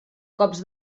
cops